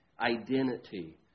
Identity